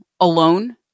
alone